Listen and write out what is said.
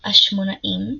– "השמונאים".